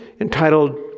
entitled